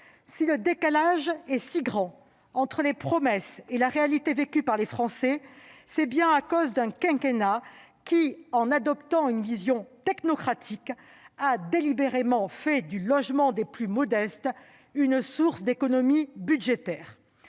Si le décalage est si grand entre les promesses et la réalité vécue par les Français, c'est bien à cause d'un quinquennat qui, en adoptant une vision technocratique, a délibérément fait du logement des plus modestes un poste d'économies budgétaires.